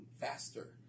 faster